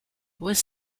was